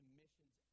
missions